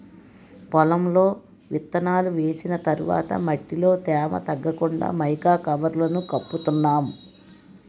పొలంలో విత్తనాలు వేసిన తర్వాత మట్టిలో తేమ తగ్గకుండా మైకా కవర్లను కప్పుతున్నాం